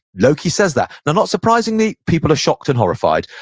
loki says that. not surprisingly, people are shocked and horrified.